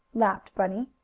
laughed bunny.